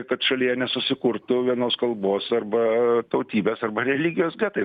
kad šalyje nesusikurtų vienos kalbos arba tautybės arba religijos getai